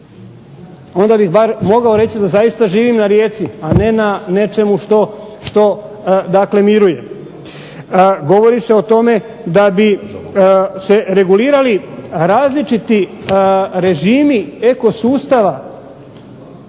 Onda bi bar mogao reći da zaista živim na rijeci, a ne na nečemu što dakle miruje. Govori se o tome da bi se regulirali različiti režimi eko sustava